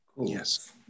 yes